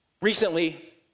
recently